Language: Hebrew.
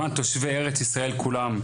למען תושבי ארץ ישראל כולם,